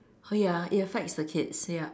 oh ya it affects the kids yup